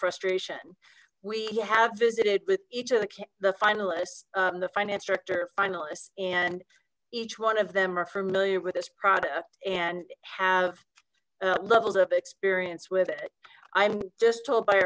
frustration we have visited with each of the finalists the finance director finalists and each one of them are familiar with this product and have levels of experience with it i'm just told by